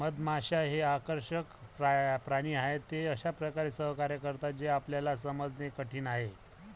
मधमाश्या हे आकर्षक प्राणी आहेत, ते अशा प्रकारे सहकार्य करतात जे आपल्याला समजणे कठीण आहे